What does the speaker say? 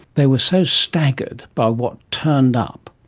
they were so staggered by what turned up,